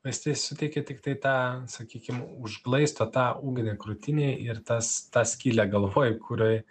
vaistai suteikia tiktai tą sakykim užglaisto tą ugnį krūtinėj ir tas tą skylę galvoj kurioj